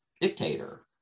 dictator